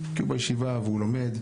כי הוא בישיבה והוא לומד.